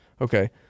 Okay